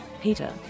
Peter